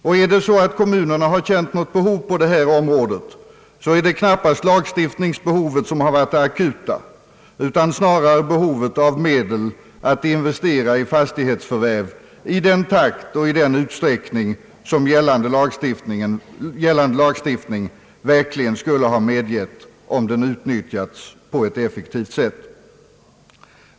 Om kommunerna har känt något behov på detta område, är det knappast lagstiftningsbehovet som har varit det akuta, utan snarare behovet av medel att investera i fastighetsförvärv i den takt och i den utsträckning som gällande lagstiftning verkligen skulle ha medgett, om den utnyttjats på ett effektivt sätt.